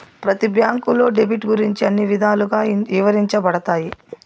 ప్రతి బ్యాంకులో డెబిట్ గురించి అన్ని విధాలుగా ఇవరించబడతాయి